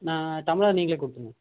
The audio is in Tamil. நான் டம்ளர் நீங்களே கொடுத்துருங்க